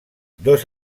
dos